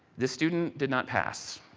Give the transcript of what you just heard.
the student did not pass,